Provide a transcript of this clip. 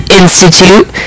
institute